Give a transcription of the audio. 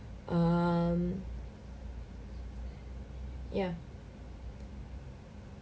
um ya